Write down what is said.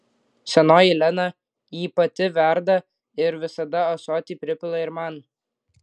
senoji lena jį pati verda ir visada ąsotį pripila ir man